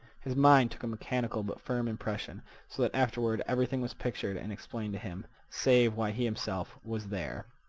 his mind took a mechanical but firm impression, so that afterward everything was pictured and explained to him, save why he himself was there.